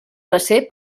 bracer